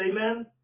Amen